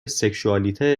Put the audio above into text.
سکشوالیته